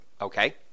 Okay